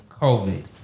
COVID